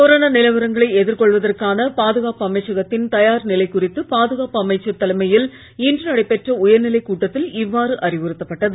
corona நிலவரங்களை எதிர்கொள்வதற்கான பாதுகாப்பு அமைச்சகத்தின் தயார் நிலை குறித்து பாதுகாப்பு அமைச்சர் தலைமையில் இன்று நடைபெற்ற உயர்நிலைக் கூட்டத்தில் இவ்வாறு அறிவுறுத்தப்பட்டது